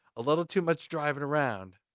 a little too much driving around.